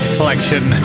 Collection